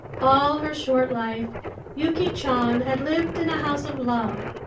all her short life yuki chan had lived in a house of love,